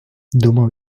думав